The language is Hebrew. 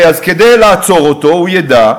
אז כדי לעצור אותו הוא ידע,